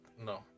no